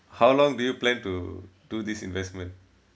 how long do you plan to do this investment